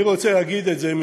אני רוצה להגיד את זה,